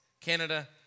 Canada